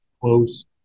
close